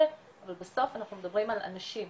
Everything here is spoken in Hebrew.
אבל בסוף אנחנו מדברים על אנשים,